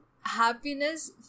happiness